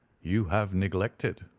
you have neglected.